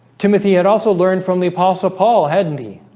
timothy had also learned from the apostle paul hadn't he?